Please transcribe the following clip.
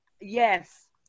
yes